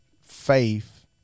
faith